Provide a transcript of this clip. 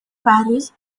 paris